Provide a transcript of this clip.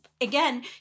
again